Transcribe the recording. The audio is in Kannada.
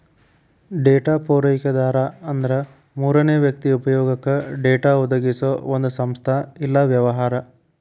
ಡೇಟಾ ಪೂರೈಕೆದಾರ ಅಂದ್ರ ಮೂರನೇ ವ್ಯಕ್ತಿ ಉಪಯೊಗಕ್ಕ ಡೇಟಾ ಒದಗಿಸೊ ಒಂದ್ ಸಂಸ್ಥಾ ಇಲ್ಲಾ ವ್ಯವಹಾರ